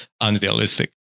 unrealistic